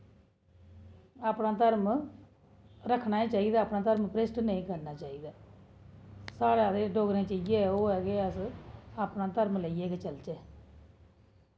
अपना धर्म रक्खना गै चाहिदा अपना धर्म भ्रेश्ट निं करना चाहिदा साढ़े आह्ले डोगरे च इ'यै गै ऐ कि अस अपना धर्म लेइयै गै चलचै